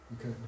Okay